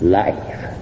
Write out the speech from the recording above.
life